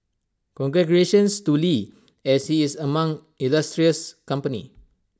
congratulations to lee as he is among illustrious company